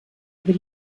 über